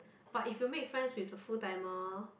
but if you make friends with a full timer